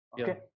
okay